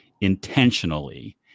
intentionally